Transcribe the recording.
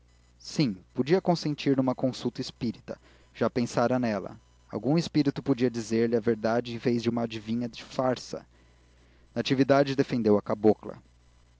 sim podia consentir numa consulta espírita já pensara nela algum espírito podia dizer-lhe a verdade em vez de uma adivinha de farsa natividade defendeu a cabocla